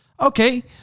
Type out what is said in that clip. okay